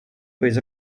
with